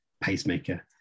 pacemaker